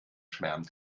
schwärmt